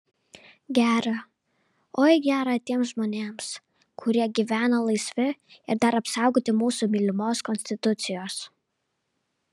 gera oi gera tiems žmonėms kurie gyvena laisvi ir dar apsaugoti mūsų mylimos konstitucijos